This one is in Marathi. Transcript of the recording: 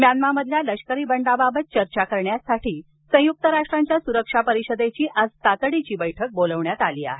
म्यानमारमधल्या लष्करी बंडाबाबत चर्चा करण्यासाठी संयुक्त राष्ट्रांच्या सुरक्षा परिषदेची आज बैठक बोलावण्यात आली आहे